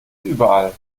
überall